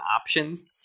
options